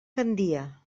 gandia